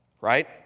right